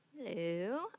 Hello